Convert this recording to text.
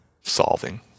solving